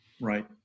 Right